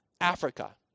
Africa